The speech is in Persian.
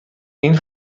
این